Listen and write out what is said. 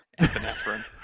epinephrine